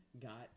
got